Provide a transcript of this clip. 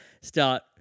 start